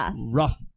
rough